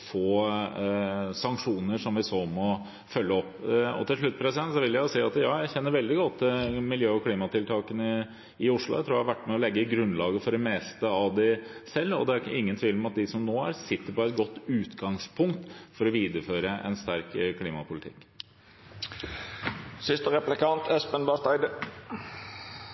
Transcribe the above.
sanksjoner, som vi så må følge opp. Til slutt: Jeg kjenner veldig godt til miljø- og klimatiltakene i Oslo etter å ha vært med på å legge grunnlaget for de fleste av dem selv. Det er ingen tvil om at man i Oslo nå har et godt utgangspunkt for å videreføre en sterk klimapolitikk.